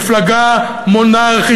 מפלגה מונרכית,